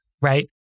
Right